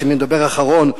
מי שמדבר אחרון,